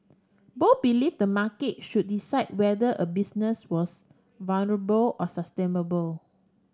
both believe the market should decide whether a business was or sustainable